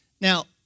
Now